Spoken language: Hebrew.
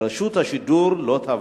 רשות השידור לא תבריא.